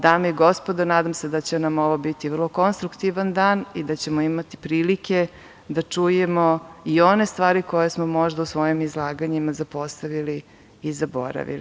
Dami i gospodo, nadam se da će nam ovo biti vrlo konstruktivan dan i da ćemo imati prilike da čujemo i one stvari koje smo možda u svojim izlaganjima zapostavili i zaboravili.